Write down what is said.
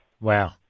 Wow